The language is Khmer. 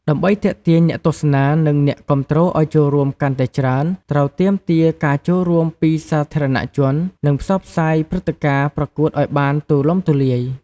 ដើម្បីទាក់ទាញអ្នកទស្សនា នឹងអ្នកគាំទ្រឲ្យចូលរួមកាន់តែច្រើន ត្រូវទាមទារការចូលរួមពីសាធារណជន និងផ្សព្វផ្សាយព្រឹត្តិការណ៍ប្រកួតឲ្យបានទូលំទូលាយ ។